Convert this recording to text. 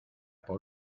por